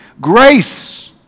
grace